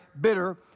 bitter